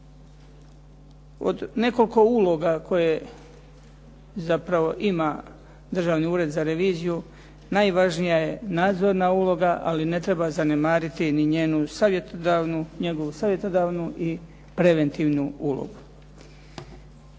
Od nekoliko uloga koje zapravo ima Državni ured za reviziju najvažnija je nadzorna uloga, ali ne treba zanemariti ni njegovu savjetodavnu i preventivnu ulogu.